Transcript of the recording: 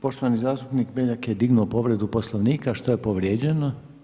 Poštovani zastupnik Beljak je dignuo povredu Poslovnika, što je povrijeđeno?